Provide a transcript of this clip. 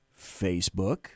Facebook